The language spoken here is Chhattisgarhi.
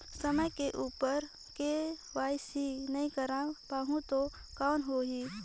समय उपर के.वाई.सी नइ करवाय पाहुं तो कौन होही?